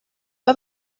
pas